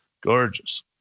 Gorgeous